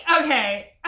Okay